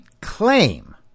claim